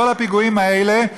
כל הפיגועים האלה.